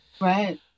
Right